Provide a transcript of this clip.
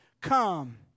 come